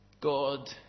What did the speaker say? God